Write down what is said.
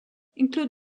include